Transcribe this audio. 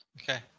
Okay